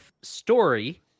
story